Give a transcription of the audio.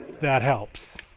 that helps.